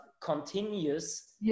continuous